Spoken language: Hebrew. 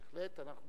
בהחלט אנחנו